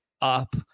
up